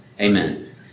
amen